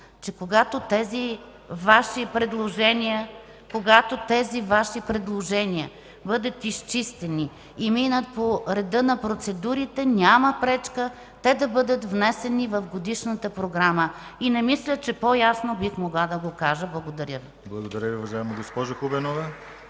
и когато тези Ваши предложения бъдат изчистени и минат по реда на процедурите, няма пречка да бъдат внесени в Годишната програма. И не мисля, че по-ясно бих могла да го кажа. Благодаря Ви. (Единични ръкопляскания